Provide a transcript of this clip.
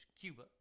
Cuba